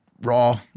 raw